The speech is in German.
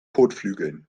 kotflügeln